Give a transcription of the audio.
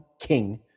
King